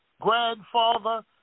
Grandfather